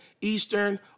Eastern